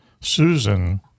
Susan